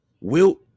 wilt